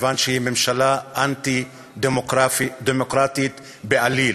מכיוון שהיא ממשלה אנטי-דמוקרטית בעליל.